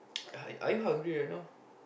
are you hungry right now